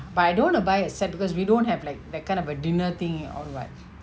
but I don't want to buy a set because we don't have like that kind of a dinner thing with you all [what]